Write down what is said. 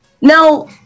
Now